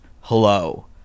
hello